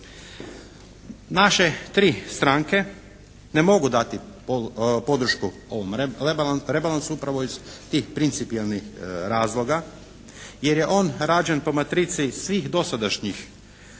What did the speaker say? Naše tri stranke ne mogu dati podršku ovom rebalansu upravo iz tih principijelnih razloga jer je on rađen po matrici svih dosadašnjih proračuna